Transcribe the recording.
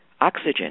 oxygen